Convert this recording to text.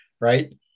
right